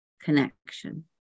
connection